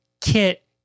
kit